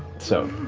so